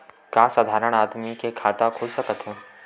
का साधारण आदमी के खाता खुल सकत हे?